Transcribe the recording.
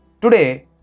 today